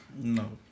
No